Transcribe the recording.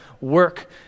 work